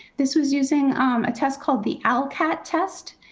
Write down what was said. this was using a test called the al cat test,